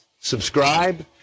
subscribe